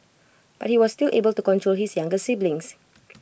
but he was still able to control his younger siblings